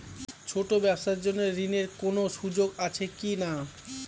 ছোট ব্যবসার জন্য ঋণ এর কোন সুযোগ আছে কি না?